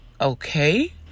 okay